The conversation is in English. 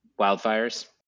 wildfires